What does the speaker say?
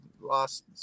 lost